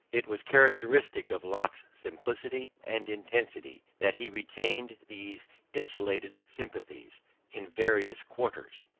it was characteristic of locke's simplicity and intensity that he retained these insulated sympathies in various quarters.